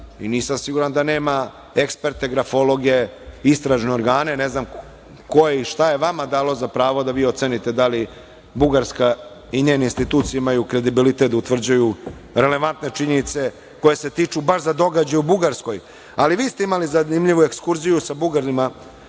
i nisam siguran da nema eksperte, grafologe, istražne organe, ne znam ko je i šta je vama dalo za pravo da vi ocenite da li Bugarska i njene institucije imaju kredibilitet da utvrđuju relevantne činjenice koje se tiču baš za događaje u Bugarskoj. Vi ste imali zanimljivu ekskurziju sa Bugarima,